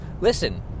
listen